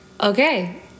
Okay